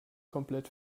komplett